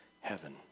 heaven